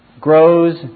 grows